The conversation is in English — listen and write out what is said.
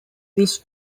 this